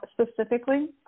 specifically